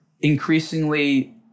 increasingly